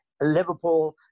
Liverpool